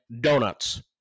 donuts